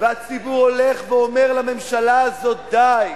והציבור הולך ואומר לממשלה הזאת: די.